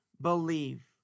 believe